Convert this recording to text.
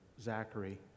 Zachary